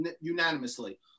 unanimously